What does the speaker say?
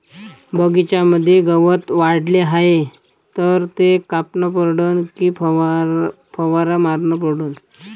बगीच्यामंदी गवत वाढले हाये तर ते कापनं परवडन की फवारा मारनं परवडन?